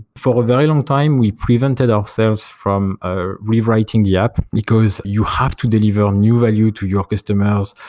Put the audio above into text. for a very long time we prevented ourselves from ah rewriting the app, because you have to deliver and new value to your customers.